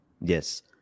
Yes